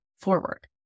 forward